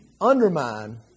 undermine